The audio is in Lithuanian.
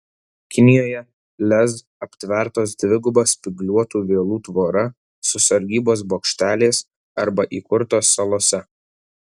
kinijoje lez aptvertos dviguba spygliuotų vielų tvora su sargybos bokšteliais arba įkurtos salose